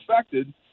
affected